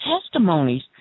testimonies